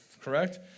correct